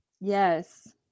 Yes